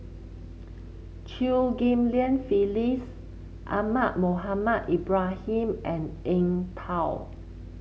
Chew Ghim Lian Phyllis Ahmad Mohamed Ibrahim and Eng Tow